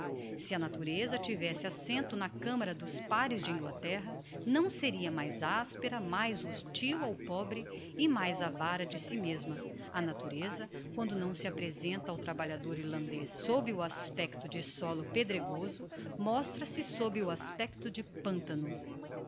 se a natureza tivesse assento na camara dos pares de inglaterra não seria mais aspera mais hostil ao pobre e mais avara de si mesma a natureza quando não se apresenta ao trabalhador irlandez sob o aspecto de sólo pedregoso mostra-se sob o aspecto de pantano